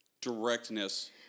directness